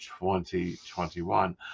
2021